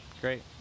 great